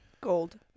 Gold